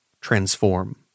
transform